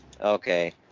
Okay